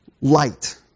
Light